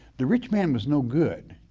the rich man was no good,